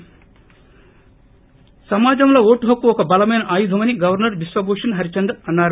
ఉ సమాజంలో ఓటు హక్కు ఒక బలమైన ఆయుధమని గవర్నర్ బిశ్వభూషణ్ హరిచందన్ అన్నారు